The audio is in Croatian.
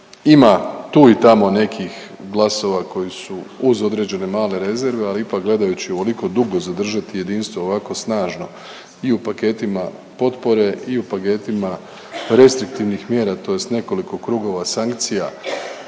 Ima tu i tamo nekih glasova koji su uz određene male rezerve, al ipak gledajući ovoliko dugo zadržati jedinstvo ovako snažno i u paketima potpore i u paketima restriktivnih mjera tj. nekoliko krugova sankcija